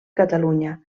catalunya